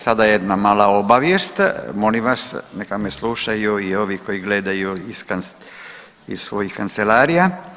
Sada jedna mala obavijest, molim vas neka me slušaju i ovi koji gledaju iz svojih kancelarija.